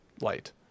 light